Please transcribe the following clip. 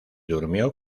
durmió